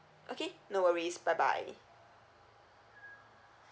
okay no worries bye bye